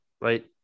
Right